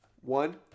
One